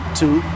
two